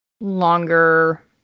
longer